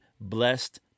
blessed